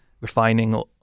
refining